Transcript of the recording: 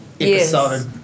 episode